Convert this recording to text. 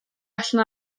allan